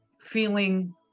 feeling